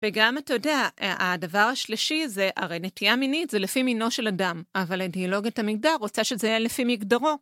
וגם אתה יודע, הדבר השלישי זה, הרי נטייה מינית זה לפי מינו של אדם, אבל אידיאולוגיית המגדר רוצה שזה יהיה לפי מגדרו.